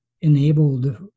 enabled